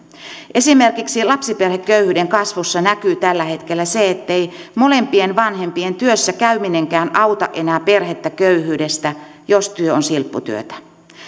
esimerkiksi lapsiperheköyhyyden kasvussa näkyy tällä hetkellä se ettei molempien vanhempien työssä käyminenkään auta enää perhettä köyhyydestä jos työ on silpputyötä